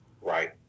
right